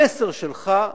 המסר שלך,